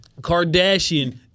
Kardashian